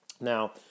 Now